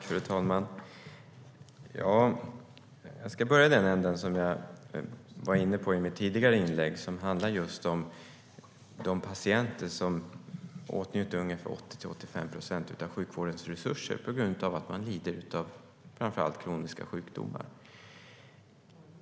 Fru talman! Jag ska börja i den ända som jag var inne på i mitt tidigare inlägg som handlar just om de patienter som åtnjuter 80-85 procent av sjukvårdens resurser på grund av att man lider av framför allt kroniska sjukdomar.